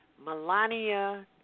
Melania